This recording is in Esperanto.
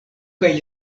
kaj